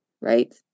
right